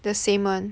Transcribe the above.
the same [one]